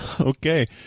Okay